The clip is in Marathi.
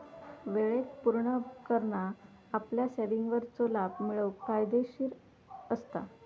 वेळेक पुर्ण करना आपल्या सेविंगवरचो लाभ मिळवूक फायदेशीर असता